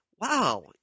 wow